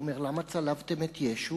הוא אומר לו: למה צלבתם את ישו?